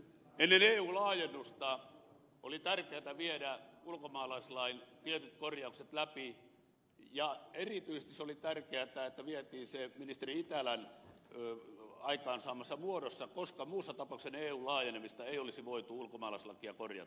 ennen eun laajennusta oli tärkeätä viedä ulkomaalaislain tietyt korjaukset läpi ja erityisesti se oli tärkeätä että vietiin ne ministeri itälän aikaansaamassa muodossa koska muussa tapauksessa ennen eun laajenemista ei olisi voitu ulkomaalaislakia korjata